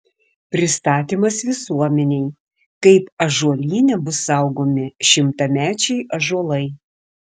pristatymas visuomenei kaip ąžuolyne bus saugomi šimtamečiai ąžuolai